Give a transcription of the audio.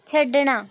ਛੱਡਣਾ